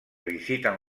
visiten